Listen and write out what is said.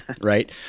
Right